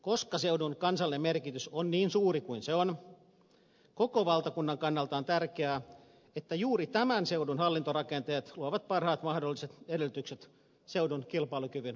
koska seudun kansallinen merkitys on niin suuri kuin se on koko valtakunnan kannalta on tärkeää että juuri tämän seudun hallintorakenteet luovat parhaat mahdolliset edellytykset seudun kilpailukyvyn optimoinnille